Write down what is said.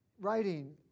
writing